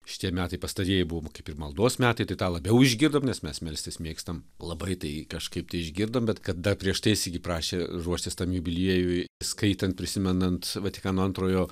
šitie metai pastarieji buvo kaip ir maldos metai tą labiau išgirdom nes mes melstis mėgstam labai tai kažkaip tai išgirdome bet kada prieš tai jis irgi prašė ruoštis tam jubiliejui skaitant prisimenant vatikano antrojo